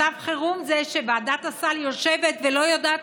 מצב חירום זה שוועדת הסל יושבת ולא יודעת